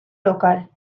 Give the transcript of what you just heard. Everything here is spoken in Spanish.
local